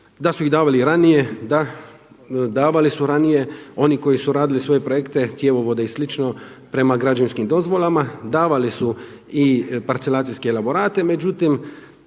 da su ih davali ranije, da davali su ranije. Oni koji su radili svoje projekte cjevovode i slično prema građevinskim dozvolama davali su i parcelacijske elaborate, međutim